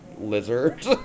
lizard